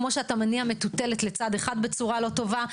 כמו שאתה מניע מטוטלת לצד אחד בצורה לא טובה,